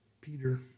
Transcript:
Peter